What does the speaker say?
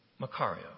Macario